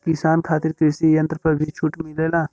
किसान खातिर कृषि यंत्र पर भी छूट मिलेला?